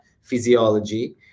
physiology